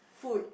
food